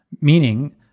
Meaning